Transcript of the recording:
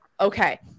okay